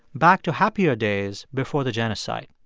back to happier days before the genocide.